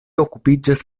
okupiĝas